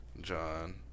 John